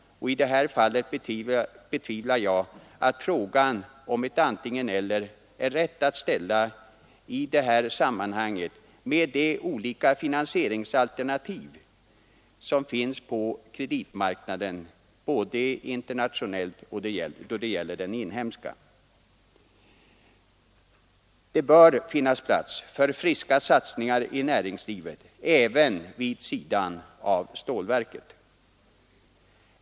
Och i det här fallet betvivlar jag att det är rätt att ställa frågan om ett antingen— eller i detta sammanhang med de olika finansieringsalternativ som finns på kreditmarknaden, både den inhemska och den internationella. Det bör finnas plats för friska satsningar i näringslivet, även vid sidan av stålverket.